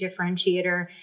differentiator